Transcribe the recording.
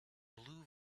blue